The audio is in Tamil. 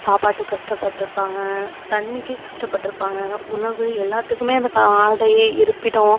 சாப்பாட்டுக்கு கஷ்டப்பட்டிருப்பாங்க தண்ணிக்கு கஷ்டப்பட்டிருப்பாங்க உணவு எல்லாத்துக்குமே அந்த கா ஆடை இருப்பிடம்